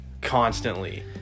constantly